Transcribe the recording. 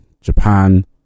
Japan